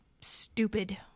stupid